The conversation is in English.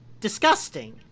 disgusting